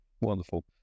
Wonderful